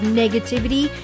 negativity